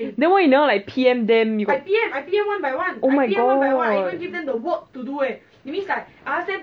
then why you never like P_M them you got oh my god